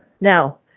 Now